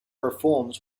reforms